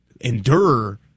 endure